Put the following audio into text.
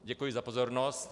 Děkuji za pozornost.